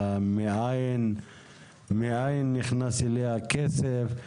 מאין נכנס אליה הכסף,